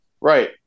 right